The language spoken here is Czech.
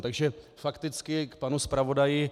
Takže fakticky k panu zpravodaji.